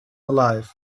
alive